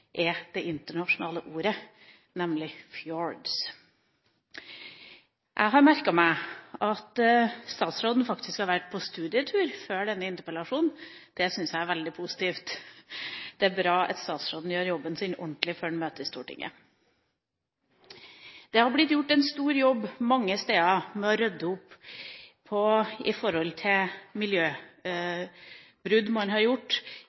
nemlig «fjords». Jeg har merket meg at statsråden faktisk har vært på studietur før denne interpellasjonen. Det syns jeg er veldig positivt. Det er bra at statsråden gjør jobben sin ordentlig før han møter i Stortinget. Mange steder er det gjort en stor jobb med å rydde opp etter miljøbrudd som er gjort tidligere i norsk historie, spesielt fra norsk industri. Vi har gjort